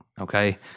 okay